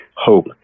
hope